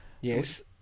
Yes